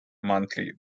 monthly